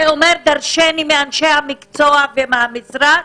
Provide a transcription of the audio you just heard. זה אומר דרשני מאנשי המקצוע ומהמשרד,